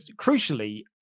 crucially